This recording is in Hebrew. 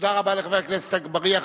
תודה רבה לחבר הכנסת אגבאריה.